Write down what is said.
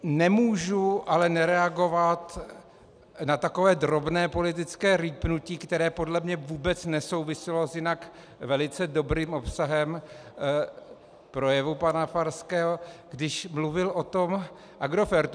Nemůžu ale nereagovat na takové drobné politické rýpnutí, které podle mě vůbec nesouviselo s jinak velice dobrým obsahem projevu pana Farského, když mluvil o tom Agrofertu.